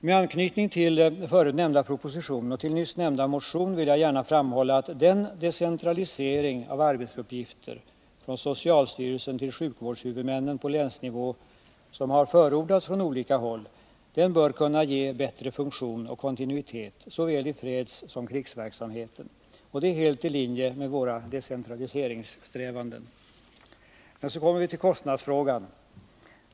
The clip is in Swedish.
Med anknytning till förut nämnda propositioner och till nyss nämnda motion vill jag gärna framhålla att den decentralisering av arbetsuppgifter från socialstyrelsen till sjukvårdshuvudmännen på länsnivå som har förordats från olika håll bör kunna ge bättre funktion och kontinuitet i såväl fredssom krigsverksamheten. Det är helt i linje med våra decentraliseringssträvanden. Men så kommer vi till kostnadsfrågan.